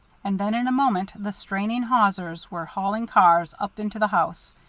and then in a moment the straining hawsers were hauling cars up into the house.